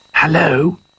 Hello